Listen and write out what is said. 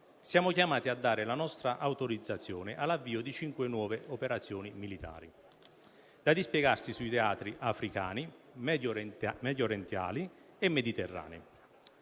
siamo chiamati a dare la nostra autorizzazione all'avvio di cinque nuove operazioni militari da dispiegarsi sui teatri africani, mediorientali e mediterranei.